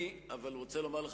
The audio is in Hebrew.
אני אבל רוצה לומר לך,